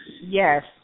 Yes